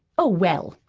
oh, well,